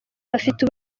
bafite